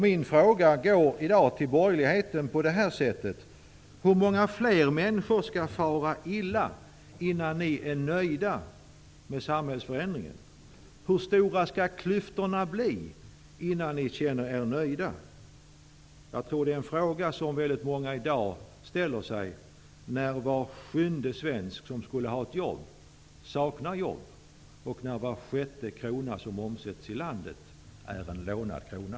Jag vill i dag fråga borgerligheten: Hur många fler människor skall fara illa innan ni är nöjda med samhällsförändringen? Hur stora skall klyftorna bli innan ni känner er nöjda? Jag tror att det är frågor som väldigt många i dag ställer sig, när var sjunde svensk som skulle ha ett jobb saknar jobb och när var sjätte krona som omsätts i landet är en lånad krona.